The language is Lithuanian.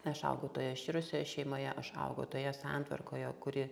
aš augau toje iširusioje šeimoje aš augau toje santvarkoje kuri